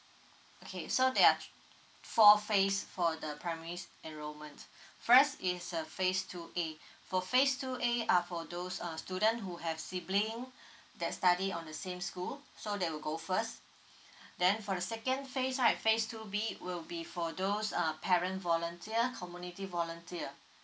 okay so there are four phase for the primaries enrolment first is a phase two A for phase two A any up for those a student who have sibling that study on the same school so they will go first then for the second phase right phase two B will be for those um parent volunteer community volunteer